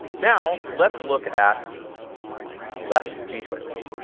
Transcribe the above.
now let's look at left g-twix.